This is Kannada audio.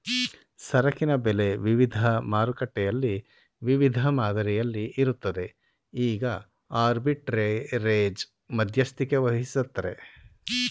ಸರಕಿನ ಬೆಲೆ ವಿವಿಧ ಮಾರುಕಟ್ಟೆಯಲ್ಲಿ ವಿವಿಧ ಮಾದರಿಯಲ್ಲಿ ಇರುತ್ತದೆ ಈಗ ಆರ್ಬಿಟ್ರೆರೇಜ್ ಮಧ್ಯಸ್ಥಿಕೆವಹಿಸತ್ತರೆ